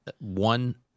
one